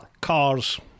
cars